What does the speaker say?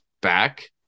back